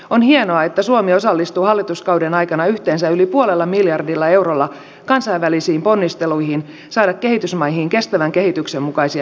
on hienoa että suomi osallistuu hallituskauden aikana yhteensä yli puolella miljardilla eurolla kansainvälisiin ponnisteluihin saada kehitysmaihin kestävän kehityksen mukaisia investointeja